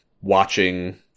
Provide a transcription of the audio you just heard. watching